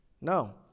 No